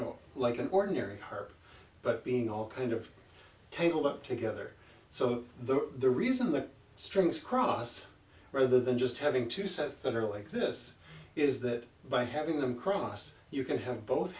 know like an ordinary heart but being all kind of table up together so the the reason the strings cross rather than just having two sets that are like this is that by having them cross you can have both